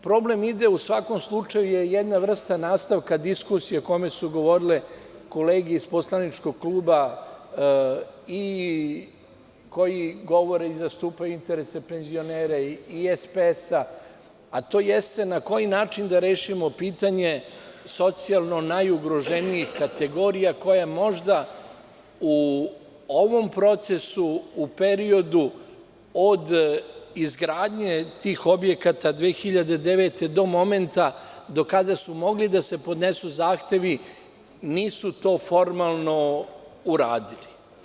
Problem ide, u svakom slučaju je jedna vrsta nastavka diskusije o kome su govorile kolege iz poslaničkog kluba i koji govore i zastupaju interese penzionera i SPS, a to jeste na koji način da rešimo pitanje socijalno najugroženijih kategorija, koje možda u ovom procesu, u periodu od izgradnje tih objekata 2009. godine do momenta do kada su mogli da se podnesu zahtevi, nisu to formalno uradili.